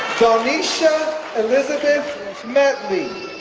dawnisha elizabeth medley,